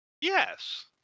Yes